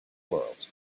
world